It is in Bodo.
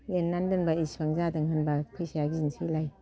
लिरनानै दोनबाय एसेबां जादों हनोनबा फैसाया गिनोसैलाय